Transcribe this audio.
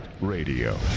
Radio